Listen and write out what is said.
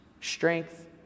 strength